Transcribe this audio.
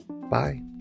Bye